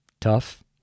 Tough